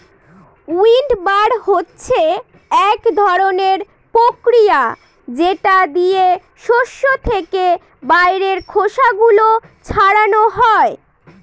উইন্ডবার হচ্ছে এক ধরনের প্রক্রিয়া যেটা দিয়ে শস্য থেকে বাইরের খোসা গুলো ছাড়ানো হয়